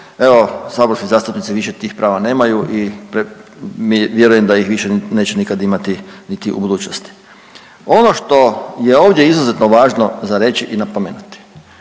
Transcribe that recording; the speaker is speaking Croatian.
evo, saborski zastupnici više tih prava nemaju i vjerujem da ih više neće niti ikad imati niti u budućnosti. Ono što je ovdje izuzetno važno za reći i napomenuti,